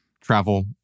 Travel